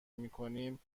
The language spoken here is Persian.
میکنیم